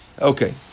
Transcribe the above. okay